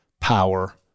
power